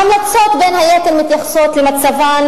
ההמלצות בין היתר מתייחסות למצבן,